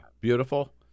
beautiful